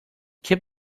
keep